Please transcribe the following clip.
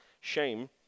shame